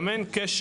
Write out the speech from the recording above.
גם אין קשר,